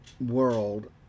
world